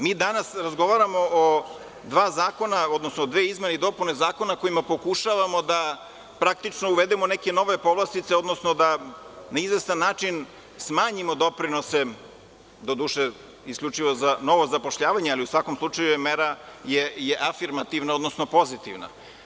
Mi danas razgovaramo o dve izmene i dopune zakona kojima pokušavamo da uvedemo neke nove povlastice, odnosno da na izvestan način smanjimo doprinose, doduše, isključivo za novo zapošljavanje, ali u svakom slučaju, mera je afirmativna, odnosno pozitivna.